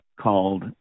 called